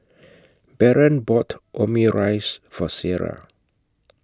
Baron bought Omurice For Sierra